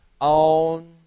on